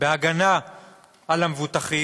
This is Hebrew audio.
בהגנה על המבוטחים,